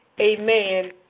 Amen